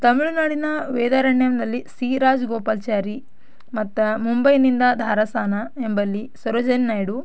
ತಮಿಳ್ನಾಡಿನ ವೇದಾರಣ್ಯಮ್ನಲ್ಲಿ ಸಿ ರಾಜ್ಗೋಪಾಲ್ಚಾರಿ ಮತ್ತು ಮುಂಬೈಯಿಂದ ಧಾರಸಾನ ಎಂಬಲ್ಲಿ ಸರೋಜಿನಿ ನಾಯ್ಡು